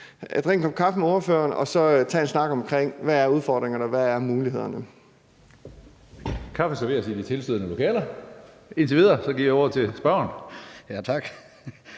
en kop kaffe med spørgeren og tage en snak om, hvilke udfordringer og muligheder